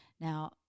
Now